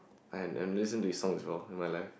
I and and listen to his also in my life